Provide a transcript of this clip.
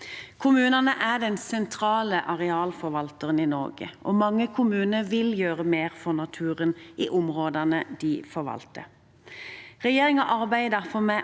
Kommunene er den sentrale arealforvalteren i Norge, og mange kommuner vil gjøre mer for naturen i områdene de forvalter. Regjeringen arbeider derfor med